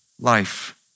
life